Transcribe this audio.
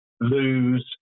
lose